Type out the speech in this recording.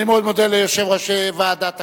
אני מאוד מודה ליושב-ראש ועדת הכנסת.